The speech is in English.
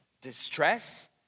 Distress